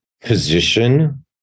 position